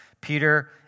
Peter